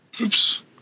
Oops